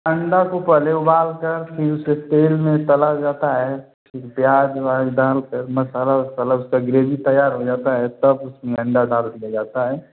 अंडा को पहले उबालकर फिर उसे तेल में तला जाता हैं फिर प्याज व्याज डालकर मसाला वसाला उसका ग्रेवी तैयार हो जाता है तब उसमें अंडा डाल दिया जाता है